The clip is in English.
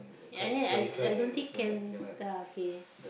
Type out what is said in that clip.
ya and then I I don't think can ah K